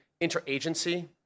interagency